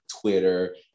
Twitter